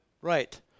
Right